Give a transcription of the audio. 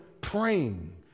praying